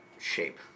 shape